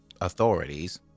authorities